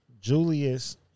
Julius